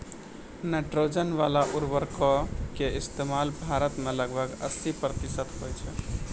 nitrogen बाला उर्वरको के इस्तेमाल भारत मे लगभग अस्सी प्रतिशत होय छै